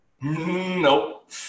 Nope